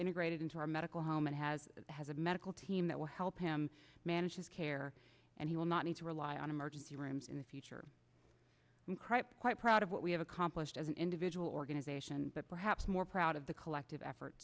integrated into our medical home and has has a medical team that will help him manage his care and he will not need to rely on emergency rooms in the future quite proud of what we have accomplished as an individual organization but perhaps more proud of the collective effort